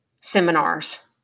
seminars